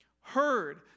heard